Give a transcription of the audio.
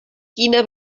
quina